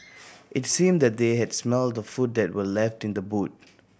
it seemed that they had smelt the food that were left in the boot